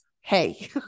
hey